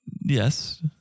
yes